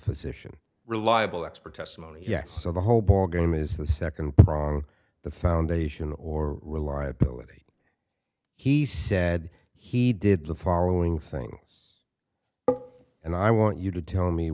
physician reliable expert testimony yes so the whole ballgame is the second prong the foundation or reliability he said he did the following things and i want you to tell me